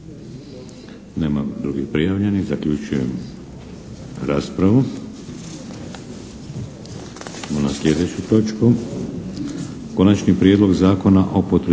Nemam drugih prijavljenih. Zaključujem raspravu.